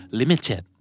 limited